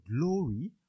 glory